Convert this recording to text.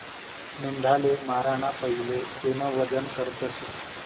मेंढाले माराना पहिले तेनं वजन करतस